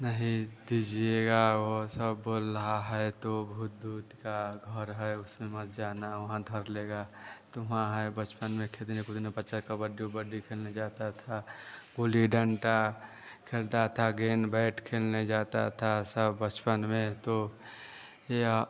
नहीं दीजिएगा वह सब बोल रहा है तो भूत ऊत का घर है उसमें मत जाना वहाँ धर लेगा तो वहाँ है बचपन में खेलने कूदने बच्चा कबड्डी उबड्डी खेलने जाते थे गुल्ली डंडा खेलते थे गेंद बैट खेलने जाते थे सब बचपन में तो या